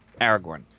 Aragorn